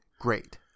Great